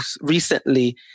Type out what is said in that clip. recently